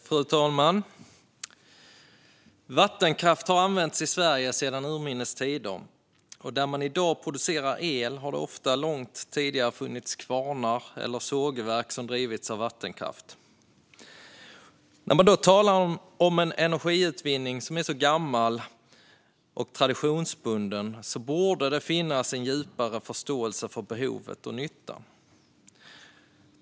Fru talman! Vattenkraft har använts i Sverige sedan urminnes tider. Där man i dag producerar el har det ofta långt tidigare funnits kvarnar eller sågverk som drivits av vattenkraft. När man då talar om en energiutvinning som är så gammal och traditionsbunden borde det finnas en djupare förståelse för behovet och nyttan.